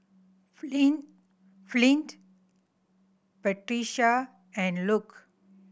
Flint Flint Patrica and Luke